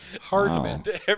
Hardman